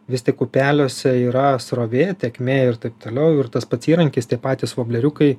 vis tik upeliuose yra srovė tėkmė ir taip toliau ir tas pats įrankis tie patys vobleriukai